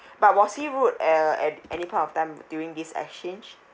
but was he rude uh at any point of time during this exchange